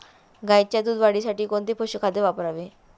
गाईच्या दूध वाढीसाठी कोणते पशुखाद्य वापरावे?